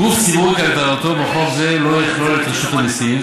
גוף ציבורי כהגדרתו בחוק זה לא יכלול את רשות המיסים,